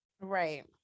right